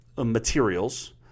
Materials